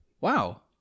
wow